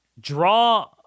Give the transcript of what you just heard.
Draw